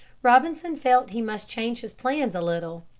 robinson felt he must change his plans a little.